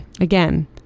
Again